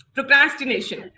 Procrastination